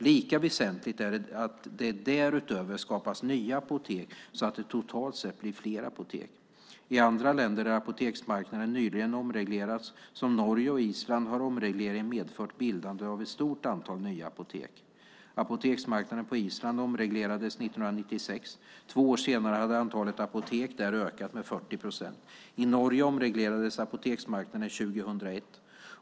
Lika väsentligt är att det därutöver skapas nya apotek så att det totalt sett blir fler apotek. I andra länder där apoteksmarknaden nyligen omreglerats, såsom Norge och Island, har omregleringen medfört bildande av ett stort antal nya apotek. Apoteksmarknaden på Island omreglerades 1996. Två år senare hade antalet apotek där ökat med 40 procent. I Norge omreglerades apoteksmarknaden 2001.